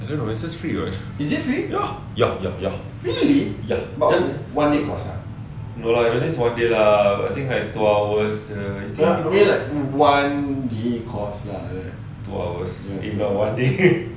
I don't know it's just free [what] yup yup yup yup no lah it is one day lah but I think like two hours ke two hours if got one day